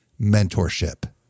mentorship